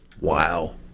Wow